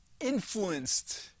influenced